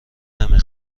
نمی